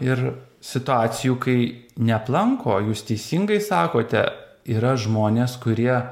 ir situacijų kai neaplanko jūs teisingai sakote yra žmonės kurie